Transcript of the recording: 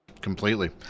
Completely